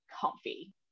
comfy